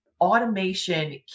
automation